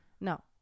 no